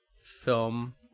film